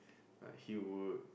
like he would